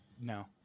No